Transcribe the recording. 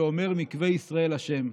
"ואומר: מקווה ישראל ה'.